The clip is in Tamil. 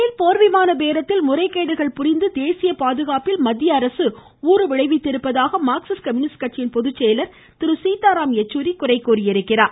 பேல் போர் விமான பேரத்தில் முறைகேடுகள் புரிந்து தேசிய பாதுகாப்பில் மத்திய அரசு ஊறு விளைவித்திருப்பதாக மார்க்சிஸ்ட் கம்யூனிஸ்ட் கட்சியின் பொதுச்செயலர் சீதாராம் யெச்சூரி குறை கூறியுள்ளார்